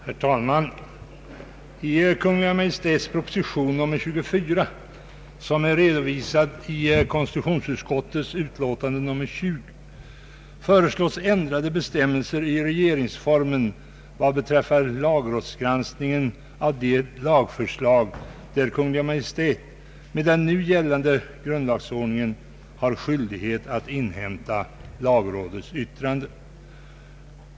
Herr talman! I Kungl. Maj:ts proposition nr 24, som redovisas i konstitutionsutskottets utlåtande nr 20, föreslås ändrade bestämmelser i regeringsformen vad beträffar lagrådsgranskningen av de lagförslag där Kungl. Maj:t med den nu gällande grundlagsordningen har skyldighet att inhämta lagrådets yttrande.